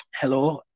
hello